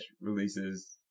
releases